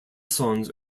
songs